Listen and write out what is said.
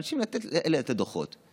לאנשים האלה לתת את הדוחות,